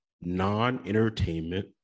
non-entertainment